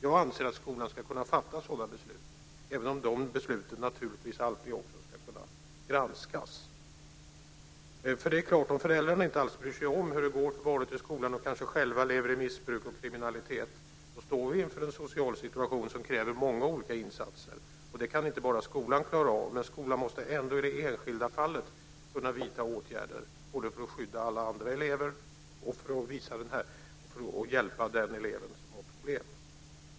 Jag anser att skolan ska kunna fatta sådana beslut även om de besluten naturligtvis alltid ska kunna granskas. Det är ju klart att om föräldrarna inte alls bryr sig om hur det går för barnet i skolan och kanske själva lever i missbruk och kriminalitet står vi inför en social situation som kräver många olika insatser. Det kan inte bara skolan klara av. Men skolan måste ändå i det enskilda fallet kunna vidta åtgärder - både för att skydda alla andra elever och för att hjälpa den elev som har problem.